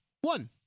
one